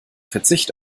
verzicht